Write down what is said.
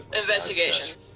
Investigation